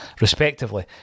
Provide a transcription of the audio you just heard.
respectively